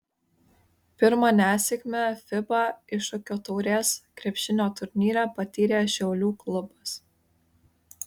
pirmą nesėkmę fiba iššūkio taurės krepšinio turnyre patyrė šiaulių klubas